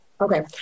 Okay